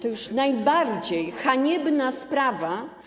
to już najbardziej haniebna sprawa.